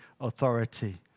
authority